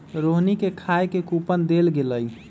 रोहिणी के खाए के कूपन देल गेलई